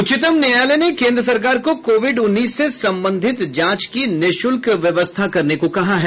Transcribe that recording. उच्चतम न्यायालय ने केंद्र सरकार को कोविड उन्नीस से संबंधित जांच की निःशुल्क व्यवस्था करने को कहा है